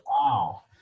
Wow